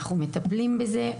אנחנו מטפלים בזה.